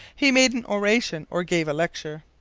he made an oration, or gave a lecture.